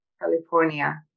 California